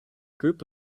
group